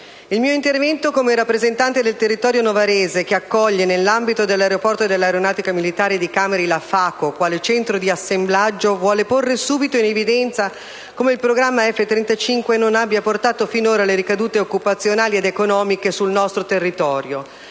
il mio intervento come rappresentante del territorio novarese, che accoglie, nell'ambito dell'aeroporto dell'Aeronautica militare di Cameri, la FACO, quale centro di assemblaggio, vuole porre subito in evidenza come il programma F-35 non abbia portato finora ricadute occupazionali ed economiche sul nostro territorio.